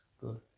good